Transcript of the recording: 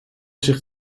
zich